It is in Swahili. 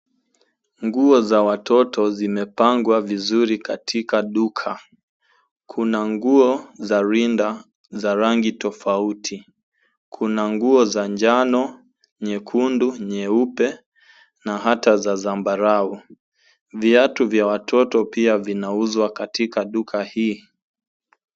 Nguo za watoto zimepangwa vizuri katika duka. Kuna nguo za rinda za rangi tofauti, kuna nguo za njano, nyekundu, nyeupe na hata za zambarau. Viatu vya watoto pia vinauzwa katika duka hii.